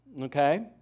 okay